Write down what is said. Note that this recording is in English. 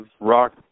rock